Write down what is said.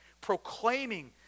proclaiming